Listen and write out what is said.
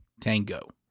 tango